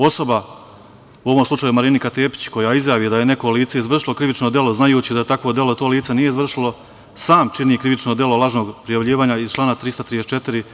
Osoba, u ovom slučaju Marinika Tepić, koja izjavi da je neko lice izvršilo krivično delo, znajući da takvo delo to lice nije izvršilo, sam čini krivično delo lažnog prijavljivanja iz člana 334.